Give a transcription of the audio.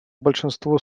большинство